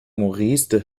maurice